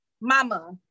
Mama